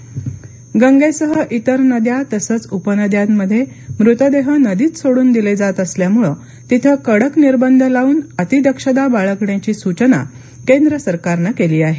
गंगा गंगेसह इतर नद्या तसंच उपनद्यांमध्ये मृतदेह नदीत सोडून दिले जात असल्यामुळे तिथे कडक निर्बंध लावून अतिदक्षता बाळगण्याची सूचना केंद्र सरकारनं केली आहे